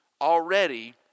already